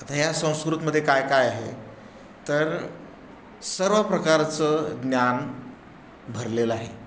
आता ह्या संस्कृतमध्ये काय काय आहे तर सर्व प्रकारचं ज्ञान भरलेलं आहे